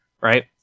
Right